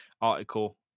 article